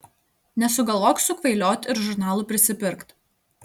nesugalvok sukvailiot ir žurnalų prisipirkt